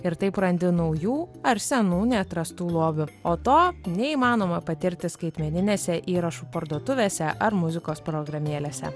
ir taip randi naujų ar senų neatrastų lobių o to neįmanoma patirti skaitmeninėse įrašų parduotuvėse ar muzikos programėlėse